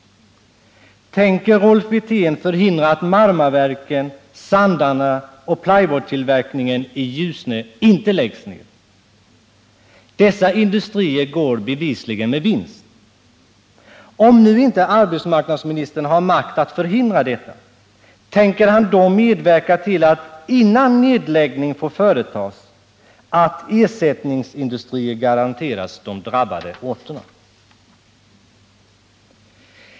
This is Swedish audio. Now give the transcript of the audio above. Tänker Rolf Wirtén förhindra att Marmaverken, Sandarne och plywoodtillverkningen i Ljusne inte läggs ned? Dessa industrier går bevisligen med vinst. Om nu inte arbetsmarknadsministern har makt att förhindra detta, tänker han då medverka till att innan nedläggning får företas ersättningsindustrier garanteras de drabbade orterna?